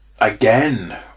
Again